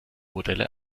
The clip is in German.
modelle